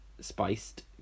spiced